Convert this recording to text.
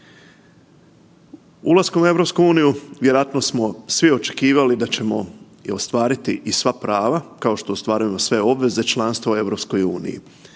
Ulaskom u EU vjerojatno smo svi očekivali da ćemo ostvariti i sva prava kao što ostvaruju na sve obveze članstvo u EU.